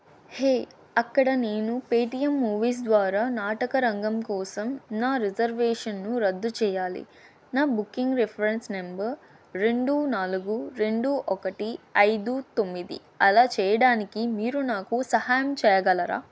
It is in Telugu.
హే అక్కడ నేను పేటీఎం మూవీస్ ద్వారా నాటకరంగం కోసం నా రిజర్వేషన్ను రద్దు చెయ్యాలి నా బుకింగ్ రిఫరెన్స్ నంబర్ రెండు నాలుగు రెండు ఒకటి ఐదు తొమ్మిది అలా చేయడానికి మీరు నాకు సహాయం చేయగలరా